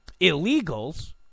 illegals